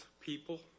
people